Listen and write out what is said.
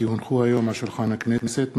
כי הונחו היום על שולחן הכנסת,